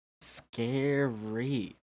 Scary